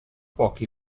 pochi